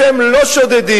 אתם לא שודדים,